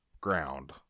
ground